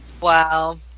wow